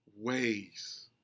Ways